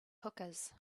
hookahs